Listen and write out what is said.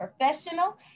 professional